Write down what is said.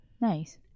nice